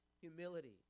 humility